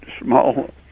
small